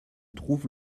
trouves